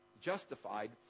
Justified